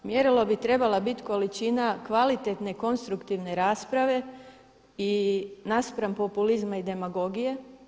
Mjerilo bi trebala biti količina kvalitetne konstruktivne rasprave i naspram populizma i demagogije.